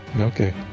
Okay